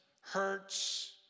hurts